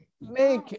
make